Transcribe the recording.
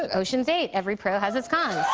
ah ocean's eight. every pro has its cons.